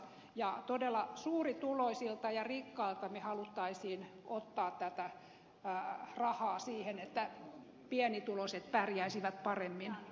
ja todella suurituloisilta ja rikkailta me haluaisimme ottaa tätä rahaa siihen että pienituloiset pärjäisivät paremmin